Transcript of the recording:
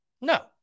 No